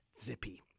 Zippy